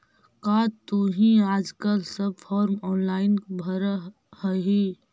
का तुहूँ आजकल सब फॉर्म ऑनेलाइन भरऽ हही?